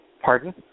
Pardon